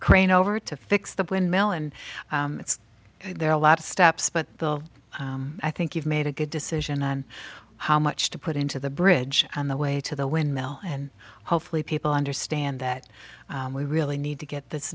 crane over to fix the windmill and it's there are a lot of steps but still i think you've made a good decision on how much to put into the bridge on the way to the windmill and hopefully people understand that we really need to get this